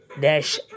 Dash